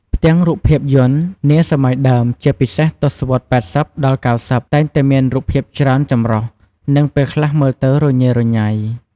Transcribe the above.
ផ្ទាំងរូបភាពយន្តនាសម័យដើម ជាពិសេសទសវត្សរ៍ឆ្នាំ ៨០ ដល់ ៩០ តែងតែមាន រូបភាពច្រើនចម្រុះ និងពេលខ្លះមើលទៅ រញ៉េរញ៉ៃ ។